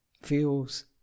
feels